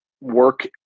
Work